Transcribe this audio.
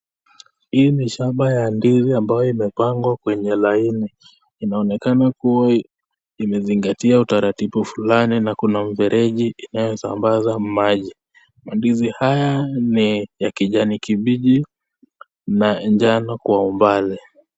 Hii ni shamba ya ndizi ambayo imepakwa kwenye laini, inaonekana kuwa imezingatia utaratibu fulani na kuna mfereji unaosambaza maji, mandizi haya ni ya kijani kibichi na njano kwa umbali.